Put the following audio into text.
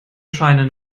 scheine